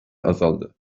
azaldı